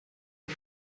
auf